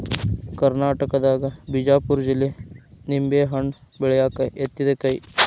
ಕರ್ನಾಟಕದಾಗ ಬಿಜಾಪುರ ಜಿಲ್ಲೆ ನಿಂಬೆಹಣ್ಣ ಬೆಳ್ಯಾಕ ಯತ್ತಿದ ಕೈ